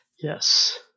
yes